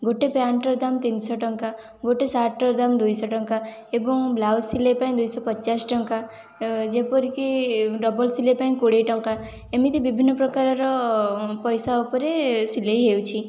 ଗୋଟେ ପ୍ୟାଣ୍ଟର ଦାମ ତିନିଶହ ଟଙ୍କା ଗୋଟିଏ ସାର୍ଟର ଦାମ୍ ଦୁଇଶହ ଟଙ୍କା ଏବଂ ବ୍ଳାଉଜ ସିଲେଇ ପାଇଁ ଦୁଇଶହ ପଚାଶ ଟଙ୍କା ଯେପରିକି ଡବଲ ସିଲେଇ ପାଇଁ କୋଡ଼ିଏ ଟଙ୍କା ଏମିତି ବିଭିନ୍ନ ପ୍ରକାରର ପଇସା ଉପରେ ସିଲେଇ ହେଉଛି